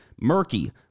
murky